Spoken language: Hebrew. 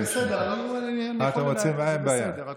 בסדר, הכול בסדר.